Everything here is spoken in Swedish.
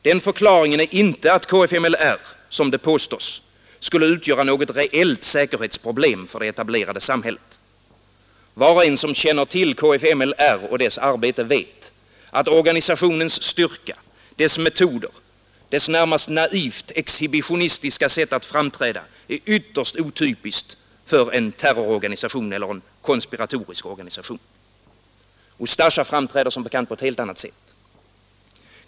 Den förklaringen är inte att kfml som det på skulle utgöra något reellt säkerhetsproblem för det etablerade samhället. Var och en som känner till kfml och dess arbete vet att organisationens styrka, dess metoder, dess närmast naivt exhibitionistiska sätt att framträda är ytterst otypiskt för en terrororganisation eller en konspiratorisk organisation. Ustasja framträder som bekant på helt annat sätt.